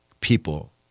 people